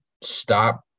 stop